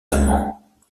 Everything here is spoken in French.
amants